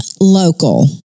Local